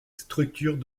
structures